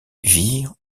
vire